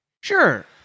Sure